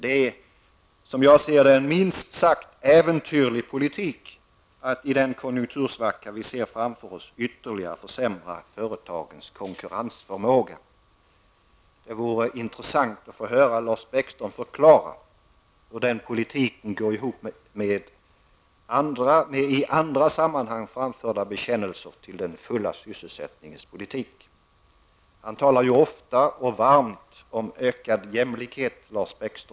Det är som jag ser det en minst sagt äventyrlig politik att i den konjunktursvacka vi ser framför oss ytterligare försämra företagens konkurrensförmåga. Det vore intressant att få höra Lars Bäckström förklara hur den politiken går ihop med i andra sammanhang framförda bekännelse till den fulla sysselsättningens politik. Lars Bäckström talar ofta och varmt om ökad jämlikhet.